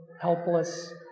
helpless